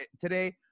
today